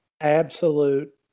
Absolute